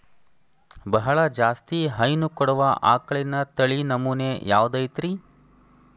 ಬಹಳ ಜಾಸ್ತಿ ಹೈನು ಕೊಡುವ ಆಕಳಿನ ತಳಿ ನಮೂನೆ ಯಾವ್ದ ಐತ್ರಿ?